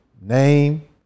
name